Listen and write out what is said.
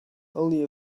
only